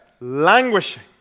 languishing